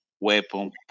weapon